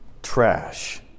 Trash